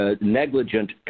negligent